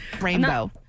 rainbow